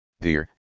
Dear